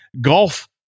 golf